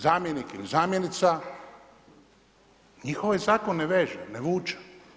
Zamjenik ili zamjenica njih ovaj zakon ne veže, ne vuče.